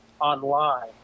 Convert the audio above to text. online